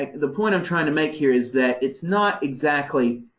like the point i'm trying to make here is that it's not exactly,